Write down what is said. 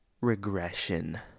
regression